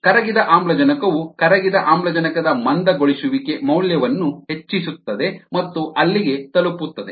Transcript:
ಕರಗಿದ ಆಮ್ಲಜನಕವು ಕರಗಿದ ಆಮ್ಲಜನಕದ ಮಂದಗೊಳಿಸುವಿಕೆ ಮೌಲ್ಯವನ್ನು ಹೆಚ್ಚಿಸುತ್ತದೆ ಮತ್ತು ಅಲ್ಲಿಗೆ ತಲಪುತ್ತದೆ